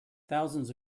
thousands